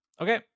okay